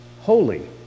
holy